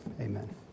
amen